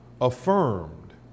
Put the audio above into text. affirmed